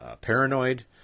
paranoid